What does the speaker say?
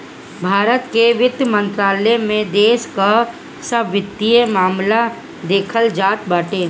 भारत के वित्त मंत्रालय में देश कअ सब वित्तीय मामला देखल जात बाटे